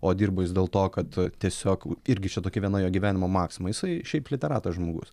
o dirbo jis dėl to kad tiesiog irgi čia tokia viena jo gyvenimo maksima jisai šiaip literatas žmogus